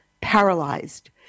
paralyzed